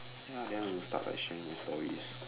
ya then I will start by sharing my stories